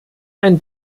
ein